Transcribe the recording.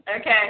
Okay